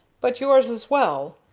but yours as well.